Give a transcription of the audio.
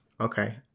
Okay